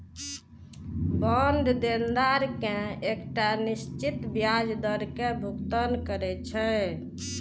bond देनदार कें एकटा निश्चित ब्याज दर के भुगतान करै छै